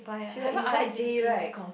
she will invite Jay right con~